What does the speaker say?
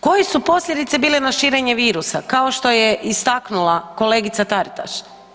Koje su posljedice bile na širenje virusa kao što je istaknula kolegica Taritaš?